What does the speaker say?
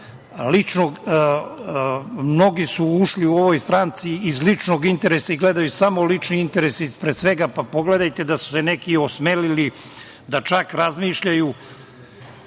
su ušli u ovu stranku iz ličnog interesa i gledaju samo lični interes ispred svega. Pogledajte, neki su se čak osmelili da čak razmišljaju,